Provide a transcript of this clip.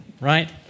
Right